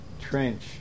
Trench